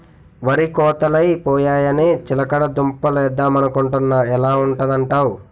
వరి కోతలై పోయాయని చిలకడ దుంప లేద్దమనుకొంటున్నా ఎలా ఉంటదంటావ్?